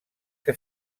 que